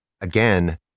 Again